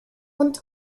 und